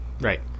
right